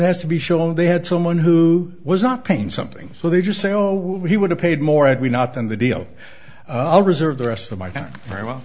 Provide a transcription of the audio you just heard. has to be shown they had someone who was not paying something so they just say oh well he would have paid more had we not done the deal i'll reserve the rest of my time very well